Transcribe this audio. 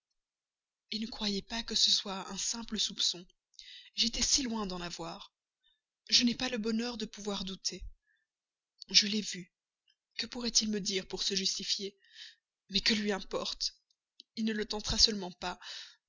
et ne croyez pas que ce soit un simple soupçon j'étais si loin d'en avoir je n'ai pas le bonheur de pouvoir douter je l'ai vu que pourrait-il me dire pour se justifier mais que lui importe il ne le tentera seulement pas